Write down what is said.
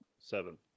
seven